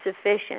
sufficient